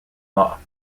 law